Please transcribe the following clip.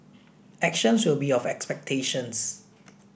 actions will be of expectations